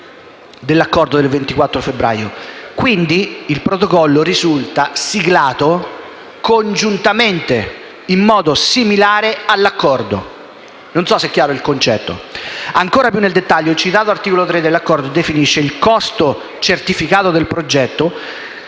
dell'Accordo del 24 febbraio 2015. Quindi il Protocollo risulta siglato congiuntamente, in modo similare all'Accordo. Non so se è chiaro il concetto. Ancora più nel dettaglio, il citato articolo 3 dell'Accordo definisce il «costo certificato del progetto